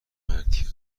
مرتیکه